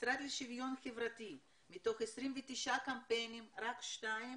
המשרד לשוויון חברתי, מתוך 29 קמפיינים רק שניים